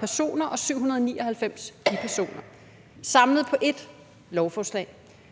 personer og 799 bipersoner – samlet på ét lovforslag.